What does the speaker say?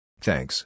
Thanks